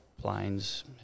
planes